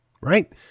right